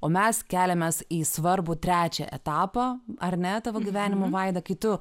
o mes keliamės į svarbų trečią etapą ar ne tavo gyvenimo vaida kai tu